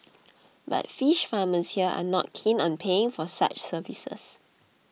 but fish farmers here are not keen on paying for such services